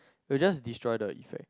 you will just destroy the effect